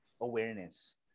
awareness